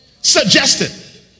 Suggested